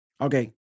Okay